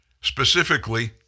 Specifically